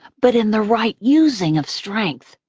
but in the right using of strength,